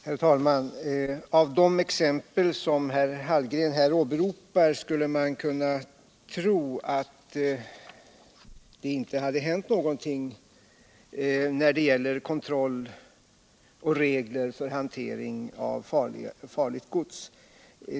Herr talman! Mot bakgrund av de exempel som herr Hallgren åberopar skulle man kunna tro att det inte har hänt någonting när det gäller kontroll av och regler för hantering av farligt gods.